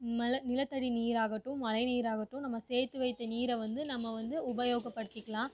மழை நிலத்தடி நீர் ஆகட்டும் மழை நீர் ஆகட்டும் நம்ம சேர்த்து வைத்த நீரை வந்து நம்ம வந்து உபயோகப்படுத்திக்கலாம்